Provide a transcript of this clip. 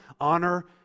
Honor